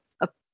up